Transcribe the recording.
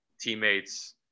teammates